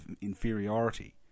inferiority